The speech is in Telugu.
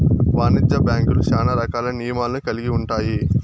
వాణిజ్య బ్యాంక్యులు శ్యానా రకాల నియమాలను కల్గి ఉంటాయి